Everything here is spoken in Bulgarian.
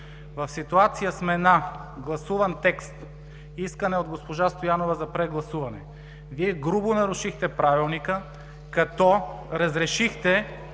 В ситуация сме на гласуване на текст, искан от госпожа Стоянова за прегласуване. Вие грубо нарушихте Правилника, като разрешихте